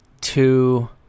Two